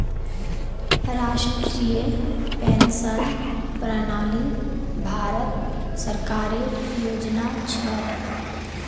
राष्ट्रीय पेंशन प्रणाली भारत सरकारेर योजना छ